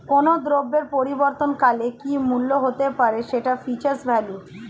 কোনো দ্রব্যের পরবর্তী কালে কি মূল্য হতে পারে, সেটা ফিউচার ভ্যালু